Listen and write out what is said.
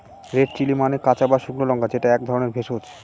red chilli মানে কাঁচা বা শুকনো লঙ্কা যেটা এক ধরনের ভেষজ